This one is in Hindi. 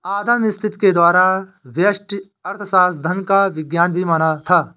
अदम स्मिथ के द्वारा व्यष्टि अर्थशास्त्र धन का विज्ञान भी माना था